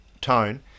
tone